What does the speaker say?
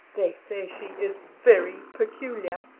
they say she is very peculiar.